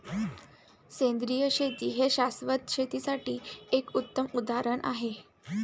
सेंद्रिय शेती हे शाश्वत शेतीसाठी एक उत्तम उदाहरण आहे